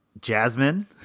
Jasmine